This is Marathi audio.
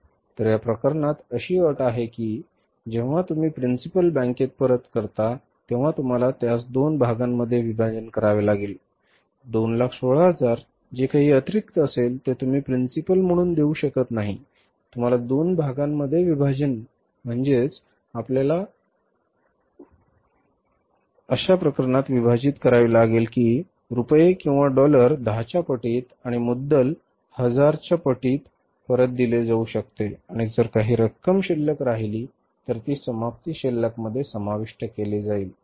तर या प्रकरणात अशी अट आहे की जेव्हा तुम्ही प्रिन्सिपल बँकेत परत करता तेव्हा तुम्हाला त्यास दोन भागामध्ये विभाजन करावे लागेल 216000 जे काही अतिरिक्त असेल ते तुम्ही प्रिन्सिपल म्हणून पैसे देऊ शकत नाही तुम्हाला दोन भागामध्ये विभाजन करावे लागेल आणि आपल्याला अशा प्रकरणात विभाजित करावे लागेल की रुपये किंवा डॉलर १० च्या पटीत आणि मुद्दल १००० डॉलर्सच्या पटीत परत दिले जाऊ शकते आणि जर काही रक्कम शिल्लक राहिली तर ती समाप्ती शिल्लकमध्ये समाविष्ट केली जाईल